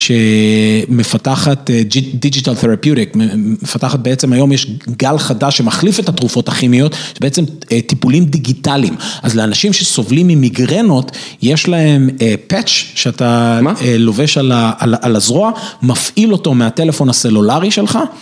שמפתחת Digital Therapeutic, מפתחת, בעצם היום יש גל חדש שמחליף את התרופות הכימיות, שבעצם טיפולים דיגיטליים. אז לאנשים שסובלים ממגרנות, יש להם פאצ' שאתה לובש על הזרוע, מפעיל אותו מהטלפון הסלולרי שלך.